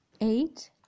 eight